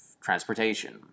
transportation